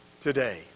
Today